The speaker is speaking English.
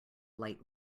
light